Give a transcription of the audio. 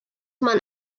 man